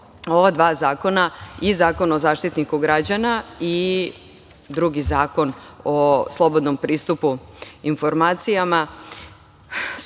ova dva zakona, i Zakon o Zaštitniku građana i drugi Zakon o slobodnom pristupu informacijama